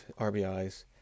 RBIs